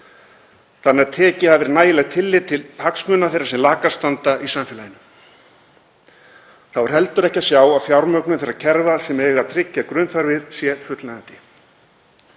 þannig að tekið hafi verið nægilegt tillit til hagsmuna þeirra sem lakast standa í samfélaginu. Þá er heldur ekki að sjá að fjármögnun þeirra kerfa sem eiga að tryggja grunnþarfir sé fullnægjandi.